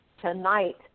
tonight